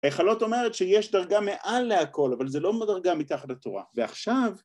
חלות אומרת שיש דרגה מעל להכל, אבל זה לא מדרגה מתחת לתורה, ועכשיו...